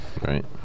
Right